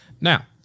Now